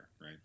right